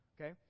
okay